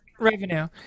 revenue